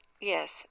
Yes